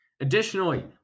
Additionally